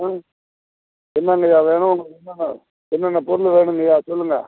ஆ என்னங்கய்யா வேணும் உங்களுக்கு என்னென்ன என்னென்ன பொருள் வேணுங்கய்யா சொல்லுங்க